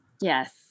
Yes